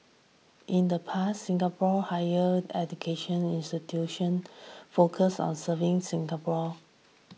in the past Singapore higher education institution focused on serving Singapore